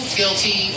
guilty